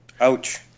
Ouch